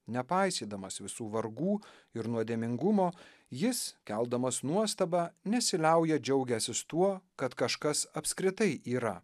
nepaisydamas visų vargų ir nuodėmingumo jis keldamas nuostabą nesiliauja džiaugęsis tuo kad kažkas apskritai yra